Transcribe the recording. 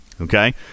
okay